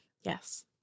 Yes